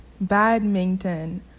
Badminton